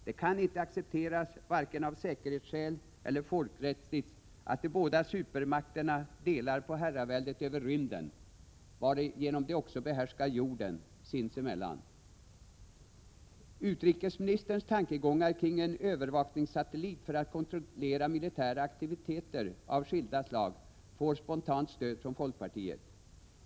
Det kan inte accepteras vare sig av säkerhetsskäl eller folkrättsligt att de båda supermakterna delar upp herraväldet över rymden sinsemellan, varigenom de också behärskar jorden. Utrikesministerns tankegångar kring en övervakningssatellit för att kontrollera militära aktiviteter av skilda slag får spontant stöd från folkpartiet.